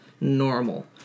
normal